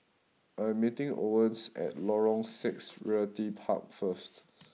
I am meeting Owens at Lorong Six Realty Park first